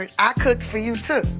um i cooked for you too.